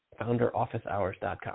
Founderofficehours.com